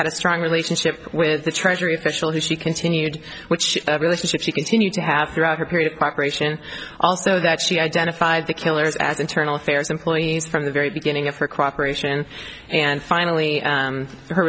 had a strong relationship with the treasury official who she continued which relationship she continued to have throughout her period of cooperation also that she identified the killers as internal affairs employees from the very beginning of her cooperation and finally